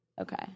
okay